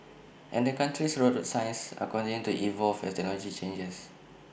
and the country's road signs are continuing to evolve as technology changes